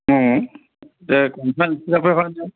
অঁ তে কিমান কি হয়